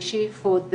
בשאיפות,